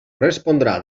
respondrà